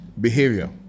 behavior